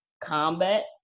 Combat